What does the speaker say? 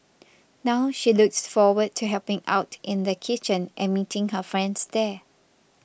now she looks forward to helping out in the kitchen and meeting her friends there